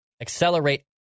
accelerate